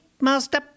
Master